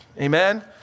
Amen